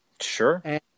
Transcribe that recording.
Sure